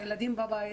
הילדים בבית,